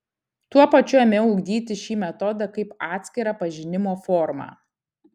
tuo pačiu ėmiau ugdyti šį metodą kaip atskirą pažinimo formą